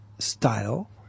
style